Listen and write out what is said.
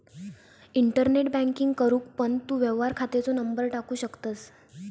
internet banking करूक पण तू व्यवहार खात्याचो नंबर टाकू शकतंस